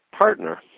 partner